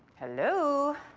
hello?